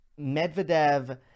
Medvedev